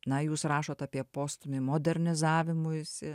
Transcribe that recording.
na jūs rašot apie postūmį modernizavimuisi